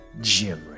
Jim